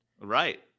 Right